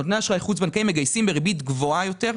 נותני אשראי חוץ בנקאיים מגייסים בריבית גבוהה יותר,